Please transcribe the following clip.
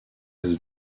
his